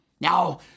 Now